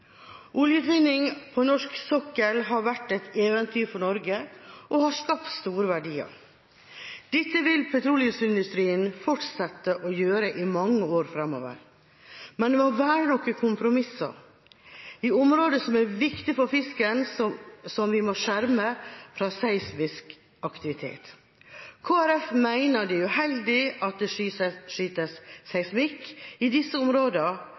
på. Oljeutvinningen på norsk sokkel har vært et eventyr for Norge og har skapt store verdier. Dette vil petroleumsindustrien fortsette å gjøre i mange år framover. Men det må være noen kompromisser. Områder som er viktige for fisken, må vi skjerme fra seismisk aktivitet. Kristelig Folkeparti mener det er uheldig at det kan skytes seismisk i disse områdene,